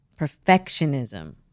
perfectionism